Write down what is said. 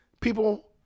People